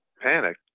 panicked